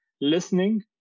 listening